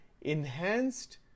enhanced